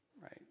right